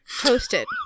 Toasted